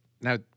Now